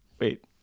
wait